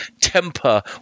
temper